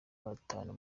batanu